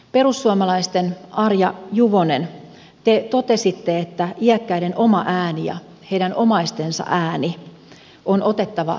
perussuomalaisten arja juvonen te totesitte että iäkkäiden oma ääni ja heidän omaistensa ääni on otettava huomioon palveluissa